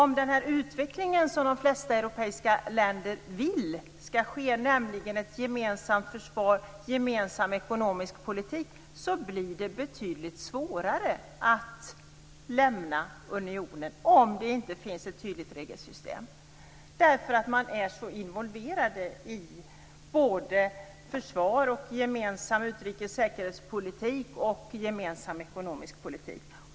Med utvecklingen mot ett gemensamt försvar och en gemensam ekonomisk politik, som de flesta europeiska länder vill ha, blir det betydligt svårare att lämna unionen om det inte finns ett tydligt regelsystem, därför att man är så involverad i såväl försvar och gemensam utrikes och säkerhetspolitik som gemensam ekonomisk politik.